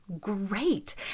great